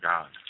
God